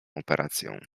operacją